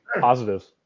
positive